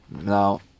Now